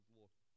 Lord